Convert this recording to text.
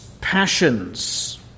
passions